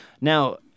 Now